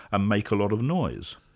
and make a lot of noise.